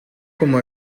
como